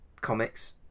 comics